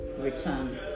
return